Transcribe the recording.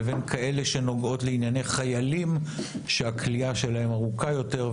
לבין כאלה שנוגעות לענייני חיילים שהכליאה שלהם ארוכה יותר,